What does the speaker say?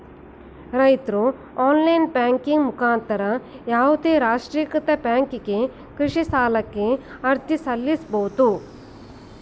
ರೈತ್ರು online banking ಮುಖಾಂತರ ಯಾವುದೇ ರಾಷ್ಟ್ರೀಕೃತ ಬ್ಯಾಂಕಿಗೆ ಕೃಷಿ ಸಾಲಕ್ಕೆ ಅರ್ಜಿ ಸಲ್ಲಿಸಬೋದು